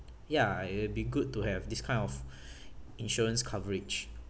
ya it'll be good to have this kind of insurance coverage